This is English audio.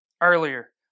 earlier